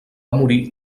morir